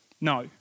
No